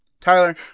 Tyler